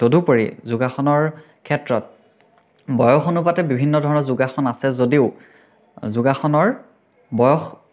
তদুপৰি যোগাসনৰ ক্ষেত্ৰত বয়স অনুপাতে বিভিন্ন ধৰণৰ যোগাসন আছে যদিও যোগাসনৰ বয়স